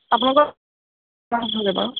আপোনালোকৰ মাছ ধৰে বাৰু